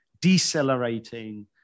decelerating